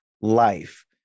life